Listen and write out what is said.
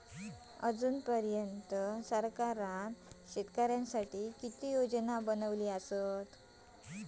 अजून पर्यंत सरकारान किती योजना शेतकऱ्यांसाठी बनवले?